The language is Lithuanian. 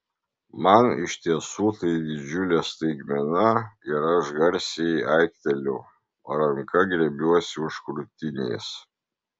man iš tiesų tai didžiulė staigmena ir aš garsiai aikteliu ranka griebiuosi už krūtinės